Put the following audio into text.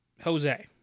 Jose